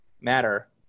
matter